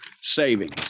savings